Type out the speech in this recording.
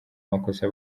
makosa